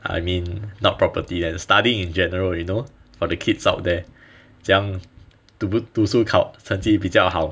I mean not property as in studying in general you know for the kids out there 怎样读读书考成绩比较好